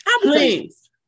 please